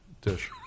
dish